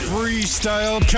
Freestyle